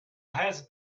has